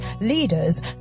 leaders